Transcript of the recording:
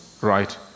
Right